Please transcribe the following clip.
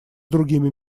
другими